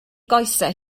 goesau